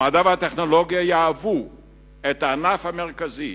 המדע והטכנולוגיה יהוו את הענף המרכזי